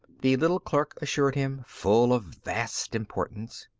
the little clerk assured him, full of vast importance.